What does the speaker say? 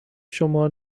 شما